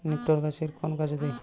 নিপটর গাছের কোন কাজে দেয়?